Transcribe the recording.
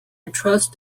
trust